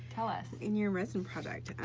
tell us. in your resin project.